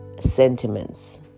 sentiments